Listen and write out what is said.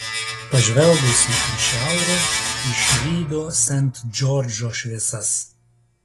pažvelgusi į šiaurę išvydo sent džordžo šviesas